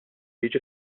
jiġi